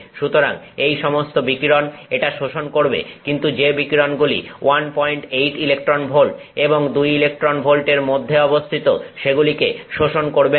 সুতরাং এই সমস্ত বিকিরণ এটা শোষণ করবে কিন্তু যে বিকিরণগুলি 18 ইলেকট্রন ভোল্ট এবং 2 ইলেকট্রন ভোল্টের মধ্যে অবস্থিত সেগুলিকে শোষণ করবে না